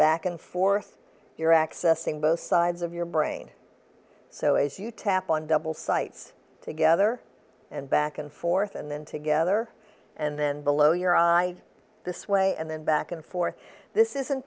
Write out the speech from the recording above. back and forth you're accessing both sides of your brain so as you tap on double sights together and back and forth and then together and then below your eye this way and then back and forth this isn't